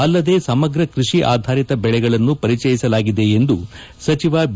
ಅಲ್ಲದೇ ಸಮಗ್ರ ಕೃಷಿ ಆಧಾರಿತ ಬೆಳೆಗಳನ್ನು ಪರಿಚಯಿಸಲಾಗಿದೆ ಎಂದು ಸಚಿವ ಬಿ